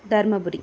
Dharmapuri